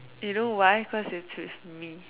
you know why cause it's with me